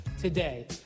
today